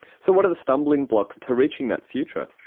so what are the stumbling blocks to reaching that future?